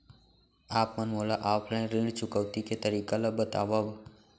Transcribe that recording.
आप मन मोला ऑफलाइन ऋण चुकौती के तरीका ल बतावव?